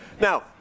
Now